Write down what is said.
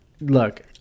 look